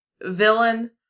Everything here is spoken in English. Villain